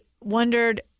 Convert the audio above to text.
wondered